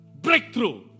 breakthrough